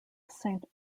saint